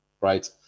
Right